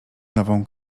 nową